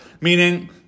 meaning